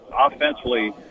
offensively